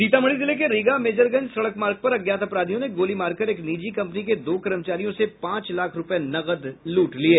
सीतामढ़ी जिले के रीगा मेजरगंज सड़क मार्ग पर अज्ञात अपराधियों ने गोली मारकर एक निजी कंपनी के दो कर्मचारियों से पांच लाख रूपये नकद लूट लिये